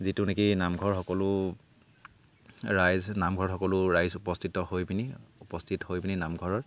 যিটো নেকি নামঘৰ সকলো ৰাইজ নামঘৰত সকলো ৰাইজ উপস্থিত হৈ পিনি উপস্থিত হৈ পিনি নামঘৰত